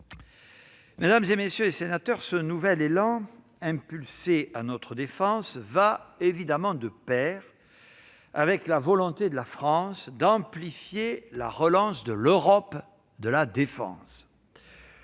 Mesdames, messieurs les sénateurs, ce nouvel élan donné à notre défense va évidemment de pair avec la volonté de la France d'amplifier la relance de l'Europe de la défense.